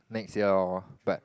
next year lor but